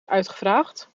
uitgevraagd